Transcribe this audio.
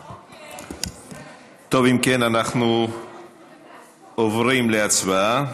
ובכן, אנחנו עוברים להצבעה.